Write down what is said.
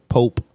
Pope